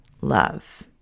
love